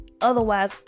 otherwise